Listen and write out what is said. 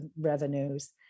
revenues